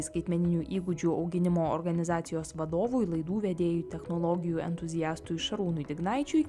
skaitmeninių įgūdžių auginimo organizacijos vadovui laidų vedėjų technologijų entuziastui šarūnui dignaičiui